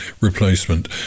replacement